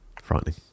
frightening